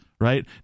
right